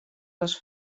les